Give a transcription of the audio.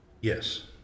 Yes